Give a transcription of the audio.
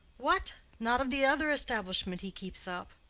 what! not of the other establishment he keeps up?